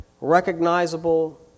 recognizable